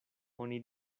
oni